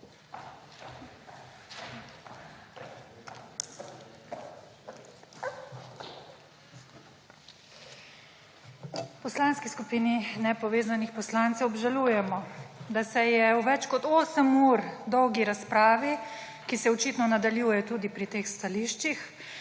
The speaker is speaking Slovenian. Poslanski skupini nepovezanih poslancev obžalujemo, da se je v več kot osem ur dolgi razpravi, ki se očitno nadaljuje tudi pri teh stališčih,